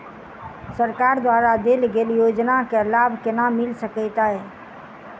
सरकार द्वारा देल गेल योजना केँ लाभ केना मिल सकेंत अई?